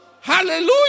Hallelujah